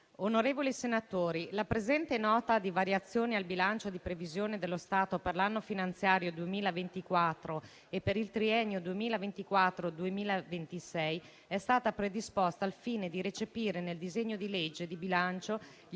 onorevoli senatori, la presente Nota di variazioni al bilancio di previsione dello Stato per l'anno finanziario 2024 e per il triennio 2024-2026 è stata predisposta al fine di recepire nel disegno di legge di bilancio gli